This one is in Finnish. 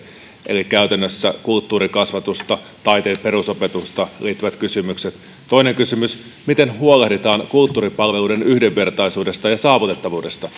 eli käytännössä kulttuurikasvatukseen taiteen perusopetukseen liittyvät kysymykset toinen kysymys miten huolehditaan kulttuuripalveluiden yhdenvertaisuudesta ja saavutettavuudesta